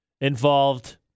involved